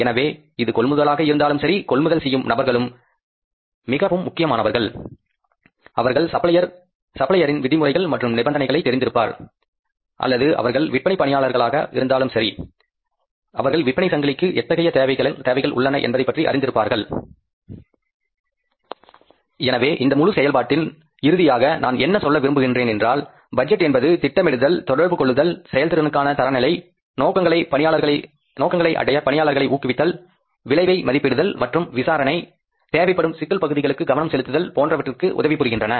எனவே இது கொள்முதலாக இருந்தாலும் சரி கொள்முதல் செய்யும் நபர்களும் மிகவும் முக்கியமானவர்கள் அவர்கள் சப்ளையர் இன் விதிமுறைகள் மற்றும் நிபந்தனைகளை தெரிந்திருப்பார்கள் அல்லது அவர்கள் விற்பனை பணியாளர்களாக இருந்தாலும் சரி அவர்கள் விற்பனை சங்கிலிகளுக்கு எத்தகைய தேவைகள் உள்ளன என்பதை பற்றி அறிந்திருப்பார்கள் எனவே இந்த முழு செயல்பாட்டில் இறுதியாக நான் என்ன சொல்ல விரும்புகிறேன் என்றால் பட்ஜெட் என்பது திட்டமிடுதல் தொடர்பு கொள்ளுதல் செயல் திறனுக்கான தரநிலை நோக்கங்களை அடைய பணியாளர்களை ஊக்குவித்தல் விளைவை மதிப்பிடுதல் மற்றும் விசாரணை தேவைப்படும் சிக்கல் பகுதிகளுக்கு கவனம் செலுத்துதல் போன்றவற்றிற்கு உதவி புரிகின்றன